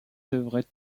devrait